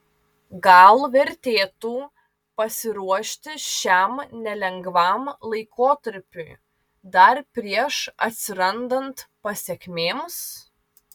gal vertėtų pasiruošti šiam nelengvam laikotarpiui dar prieš atsirandant pasekmėms